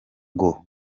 ngo